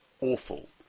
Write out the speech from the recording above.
awful